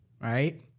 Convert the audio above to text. right